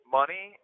money